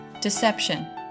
deception